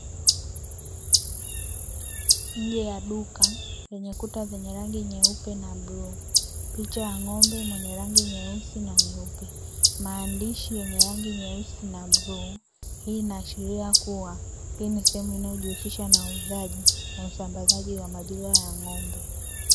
Nje ya duka lenye kuta zenye rangi nyeupe na buluu, picha ya ng'ombe mwenye rangi nyeusi na nyeupe, maandishi yenye rangi nyeusi na buluu, hii inaashiria kuwa ni sehemu inayojihusisha na uzalishaji na usambazaji wa maziwa ya ng'ombe.